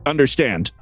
Understand